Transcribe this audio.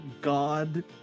God